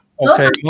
Okay